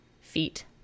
feet